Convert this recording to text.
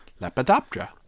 Lepidoptera